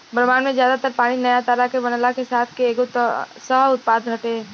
ब्रह्माण्ड में ज्यादा तर पानी नया तारा के बनला के साथ के एगो सह उत्पाद हटे